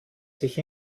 sich